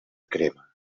crema